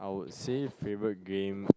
I would say favourite game